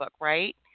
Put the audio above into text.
right